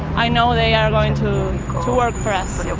i know they are going to work for us.